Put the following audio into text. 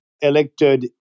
elected